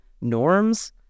norms